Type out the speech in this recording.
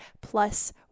plus